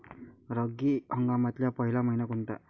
रब्बी हंगामातला पयला मइना कोनता?